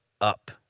up